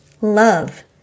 love